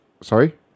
Sorry